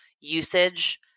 usage